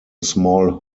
small